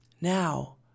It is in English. Now